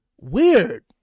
weird